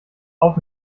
auf